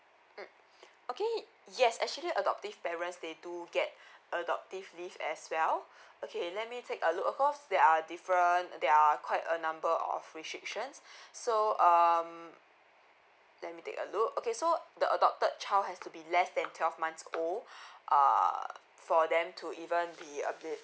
mm okay yes actually adoptive parents they do get adoptive leave as well okay let me take a look of course there are different uh there are quite a number of restrictions so um let me take a look okay so the adopted child has to be less than twelve months old err for them to even be